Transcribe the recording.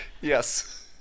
Yes